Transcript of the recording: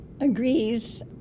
agrees